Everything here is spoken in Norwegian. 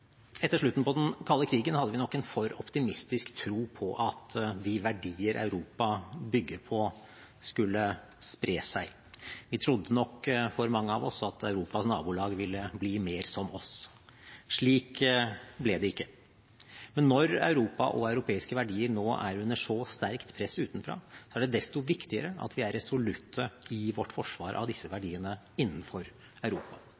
Etter slutten på den kalde krigen hadde vi nok en for optimistisk tro på at de verdier Europa bygger på, skulle spre seg. For mange av oss trodde nok at Europas nabolag ville bli mer som oss. Slik ble det ikke. Men når Europa og europeiske verdier nå er under så sterkt press utenfra, er det desto viktigere at vi er resolutte i vårt forsvar av disse verdiene innenfor Europa.